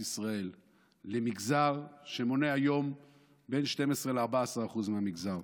ישראל למגזר שמונה היום בין 12% ל-14% מהאוכלוסייה,